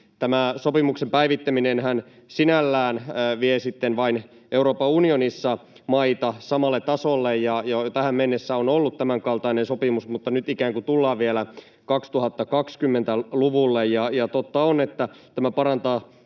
Tämän sopimuksen päivittäminenhän sinällään vain vie Euroopan unionissa maita samalle tasolle. Tähän mennessäkin on ollut tämänkaltainen sopimus, mutta nyt ikään kuin tullaan vielä 2020-luvulle. Totta on, että tämä parantaa